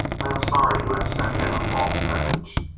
i'm sorry to have sent in a false message.